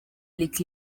lick